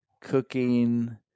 cooking